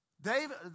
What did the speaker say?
David